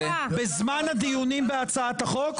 בזמן הדיונים בהצעת החוק?